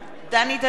דני דנון,